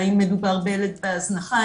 האם מדובר בילד בהזנחה,